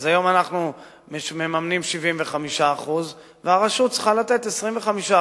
אז היום אנחנו מממנים 75% והרשות צריכה לתת 25%,